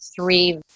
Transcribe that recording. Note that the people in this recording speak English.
three